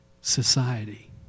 society